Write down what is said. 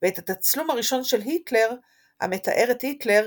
ואת התצלום הראשון של היטלר המתאר את היטלר